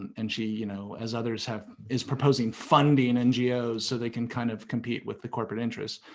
and she, you know as others have, is proposing funding ngos so they can kind of compete with the corporate interests.